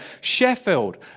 Sheffield